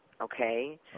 okay